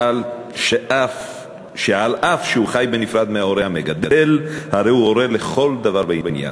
שאף שהוא חי בנפרד מההורה המגדל הרי הוא הורה לכל דבר ועניין.